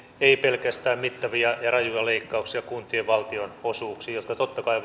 ei pelkästään mittavia ja rajuja leikkauksia kuntien valtionosuuksiin jotka totta kai